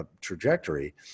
trajectory